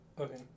Okay